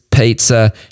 pizza